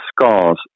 scars